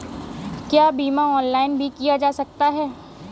क्या बीमा ऑनलाइन भी किया जा सकता है?